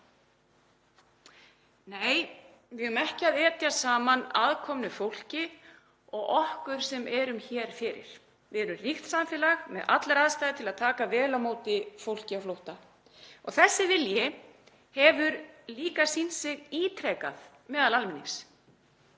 Nei, við eigum ekki að etja saman aðkomnu fólki og okkur sem erum hér fyrir. Við erum ríkt samfélag með allar aðstæður til að taka vel á móti fólki á flótta. Þessi vilji hefur líka sýnt sig ítrekað meðal almennings